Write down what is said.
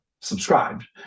subscribed